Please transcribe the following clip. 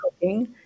Cooking